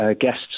guests